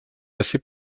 assez